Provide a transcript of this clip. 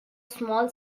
small